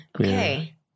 Okay